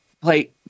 play